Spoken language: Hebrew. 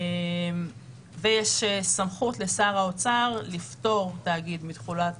יש סמכות לשר האוצר לפטור תאגיד מתחולת